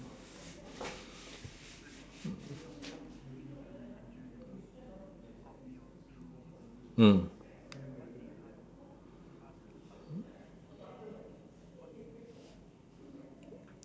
mm